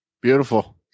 beautiful